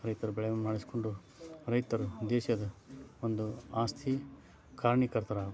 ರೈತರು ಬೆಳೆ ವಿಮೆಯನ್ನು ಮಾಡಿಸಿಕೊಂಡು ರೈತರು ದೇಶದ ಒಂದು ಆಸ್ತಿ ಕಾರಣೀಕರ್ತರಾಗಿ